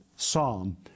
Psalm